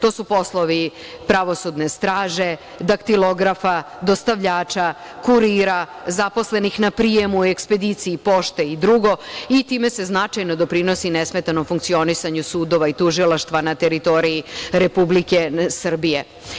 To su poslovi pravosudne straže, daktilografa, dostavljača, kurira, zaposlenih na prijemu u ekspediciji pošte i drugo i time se značajno doprinosi nesmetanom funkcionisanju sudova i tužilaštva na teritoriji Republike Srbije.